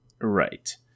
Right